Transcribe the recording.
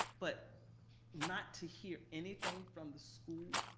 but not to hear anything from the school,